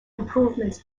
improvements